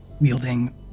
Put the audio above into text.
wielding